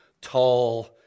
tall